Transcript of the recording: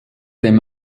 dem